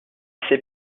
s’est